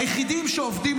היחידים שעובדים,